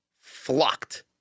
flocked